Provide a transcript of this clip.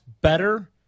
better